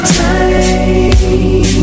time